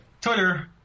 Twitter